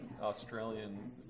Australian